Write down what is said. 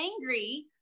angry